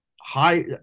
high